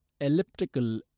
elliptical